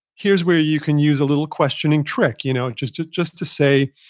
here's where you can use a little questioning trick you know just to just to say,